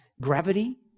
gravity